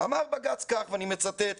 אמר בג"צ, ואני מצטט: